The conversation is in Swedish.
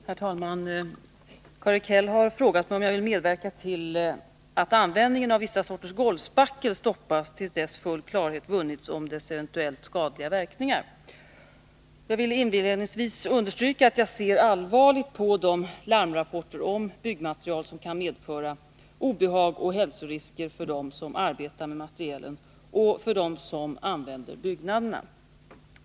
Herr talman! Karl-Erik Häll har frågat mig om jag vill medverka till att användningen av vissa sorters golvspackel stoppas till dess full klarhet vunnits om dess eventuellt skadliga verkningar. Jag vill inledningsvis understryka att jag ser allvarligt på de larmrapporter om byggmaterial som kan medföra obehag och hälsorisker för dem som arbetar med materialet och för dem som använder byggnaderna.